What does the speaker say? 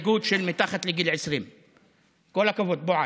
ההסתייגות של מתחת לגיל 20. כל הכבוד, בועז.